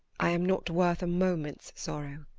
i am not worth a moment's sorrow.